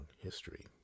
history